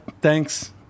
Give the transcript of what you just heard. thanks